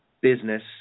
business